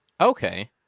Okay